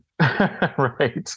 right